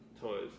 toys